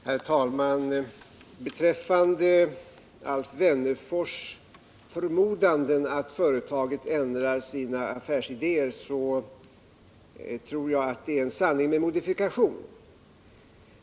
Herr talman! Alf Wennerfors förmodan att företaget skulle ändra sina affärsidéer tror jag snarare är en sanning med modifikation.